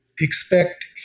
Expect